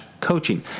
coaching